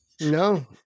No